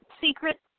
secret